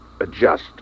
adjust